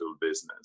business